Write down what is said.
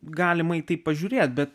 galima taip pažiūrėti bet